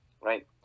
right